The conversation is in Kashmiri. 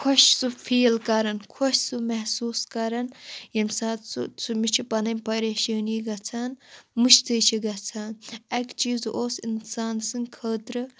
خۄش سُہ فیٖل کَران خۄش سُہ محسوٗس کَران ییٚمہِ ساتہٕ سُہ سُہ مےٚ چھِ پننٕۍ پریشٲنی گَژھان مٔشتھٕے چھِ گَژھان اَکہِ چیٖزٕ اوس اِنسان سٕنٛدۍ خٲطرٕ